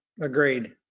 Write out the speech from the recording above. Agreed